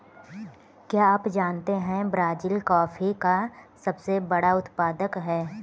क्या आप जानते है ब्राज़ील कॉफ़ी का सबसे बड़ा उत्पादक है